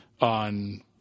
on